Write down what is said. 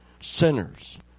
sinners